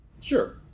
Sure